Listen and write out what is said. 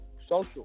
social